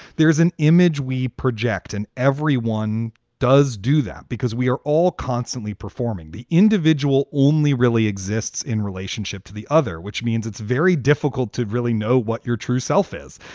there is an image we project and everyone does do that because we are all constantly performing. the individual only really exists in relationship to the other, which means it's very difficult to really know what your true self is.